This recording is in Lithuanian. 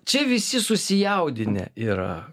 čia visi susijaudinę yra